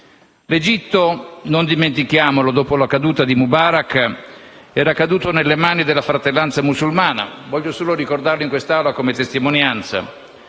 L'Egitto - non dimentichiamolo - dopo la caduta di Mubarak, era caduto nelle mani della Fratellanza musulmana. Voglio solo ricordare in quest'Assemblea, come testimonianza,